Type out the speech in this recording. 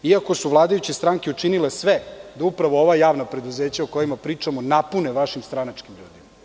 Iako su vladajuće stranke učinile sve da upravo ova javna preduzeća o kojima pričamo napune vašim stranačkim ljudima.